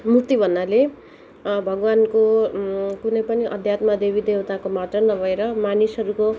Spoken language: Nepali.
मुर्ति भन्नाले भगवान्को कुनै पनि अध्यात्म देवी देउताको मात्र नभएर मानिसहरूको